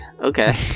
Okay